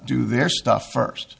do their stuff first